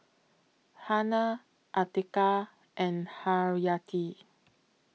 Hana Atiqah and Haryati